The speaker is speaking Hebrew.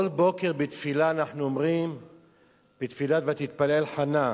כל בוקר בתפילת "ותתפלל חנה"